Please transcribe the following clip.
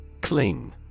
Cling